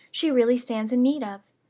she really stands in need of.